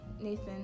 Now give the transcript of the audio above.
Nathan